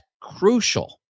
crucial